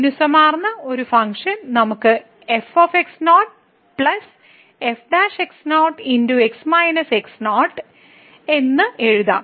മിനുസമാർന്ന ഒരു ഫംഗ്ഷൻ നമുക്ക് എന്ന് എഴുതാം